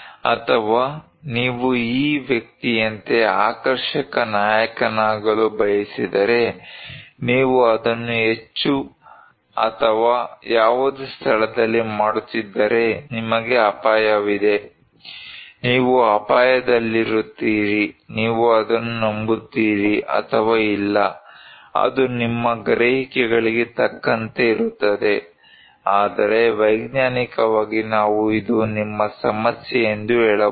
ಅಥವಾ ನೀವು ಈ ವ್ಯಕ್ತಿಯಂತೆ ಆಕರ್ಷಕ ನಾಯಕನಾಗಲು ಬಯಸಿದರೆ ನೀವು ಅದನ್ನು ಹೆಚ್ಚು ಅಥವಾ ಯಾವುದೇ ಸ್ಥಳದಲ್ಲಿ ಮಾಡುತ್ತಿದ್ದರೆ ನಿಮಗೆ ಅಪಾಯವಿದೆ ನೀವು ಅಪಾಯದಲ್ಲಿರುತ್ತೀರಿ ನೀವು ಅದನ್ನು ನಂಬುತ್ತೀರಿ ಅಥವಾ ಇಲ್ಲ ಅದು ನಿಮ್ಮ ಗ್ರಹಿಕೆಗಳಿಗೆ ತಕ್ಕಂತೆ ಇರುತ್ತದೆ ಆದರೆ ವೈಜ್ಞಾನಿಕವಾಗಿ ನಾವು ಇದು ನಿಮ್ಮ ಸಮಸ್ಯೆ ಎಂದು ಹೇಳಬಹುದು